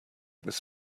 this